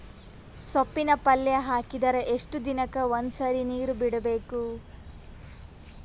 ಸೊಪ್ಪಿನ ಪಲ್ಯ ಹಾಕಿದರ ಎಷ್ಟು ದಿನಕ್ಕ ಒಂದ್ಸರಿ ನೀರು ಬಿಡಬೇಕು?